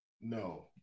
No